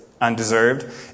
undeserved